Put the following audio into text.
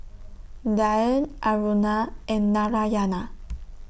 Dhyan Aruna and Narayana